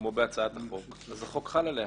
כמו בהצעת החוק, אז החוק חל עליה.